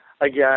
again